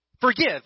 forgive